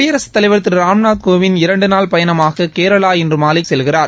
குடியரசுத் தலைவா் திரு ராம்நாத்கோவிந்த் இரண்டு நாள் பயணமாக இன்று மாலை கேரளா செல்கிறார்